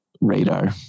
radar